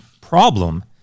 problem